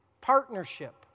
partnership